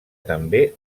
també